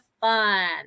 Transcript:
fun